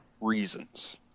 reasons